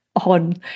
on